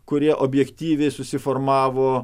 kurie objektyviai susiformavo